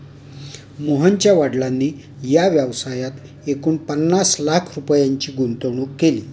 मोहनच्या वडिलांनी या व्यवसायात एकूण पन्नास लाख रुपयांची गुंतवणूक केली